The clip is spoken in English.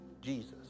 Jesus